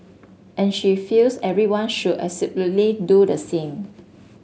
and she feels everyone should do the same